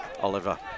Oliver